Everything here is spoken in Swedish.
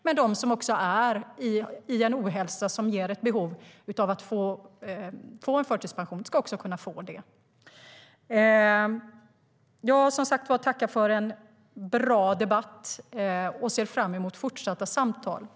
Men de som är i en ohälsa och har behov av att få förtidspension ska kunna få det. Jag tackar för en bra debatt och ser fram emot fortsatta samtal.